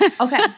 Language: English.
Okay